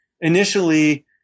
Initially